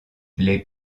les